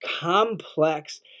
complex